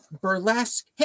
burlesque